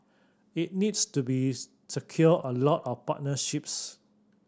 it needs to bees secure a lot of partnerships